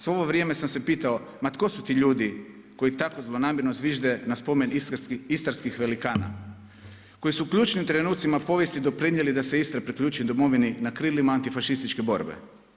Svo ovo vrijeme sam se pitao ma tko su ti ljudi koji tako zlonamjerno zvižde na spomen istarskih velikana koji su u ključnim trenutcima povijesti doprinijeli da se Istra priključi Domovini na krilima antifašističke borbe.